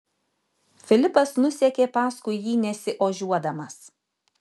filipas nusekė paskui jį nesiožiuodamas